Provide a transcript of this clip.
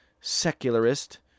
secularist